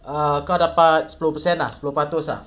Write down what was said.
ah kau dapat sepuluh percent lah sepuluh peratus ah